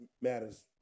matters